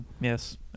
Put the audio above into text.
Yes